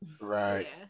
Right